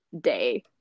day